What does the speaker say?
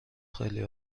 خیلی